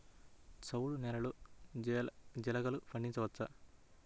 చవుడు నేలలో జీలగలు పండించవచ్చా?